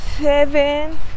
seven